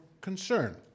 concern